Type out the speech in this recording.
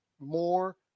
more